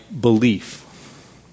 belief